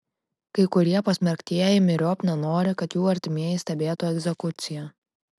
kai kurie pasmerktieji myriop nenori kad jų artimieji stebėtų egzekuciją